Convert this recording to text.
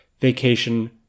vacation